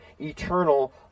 eternal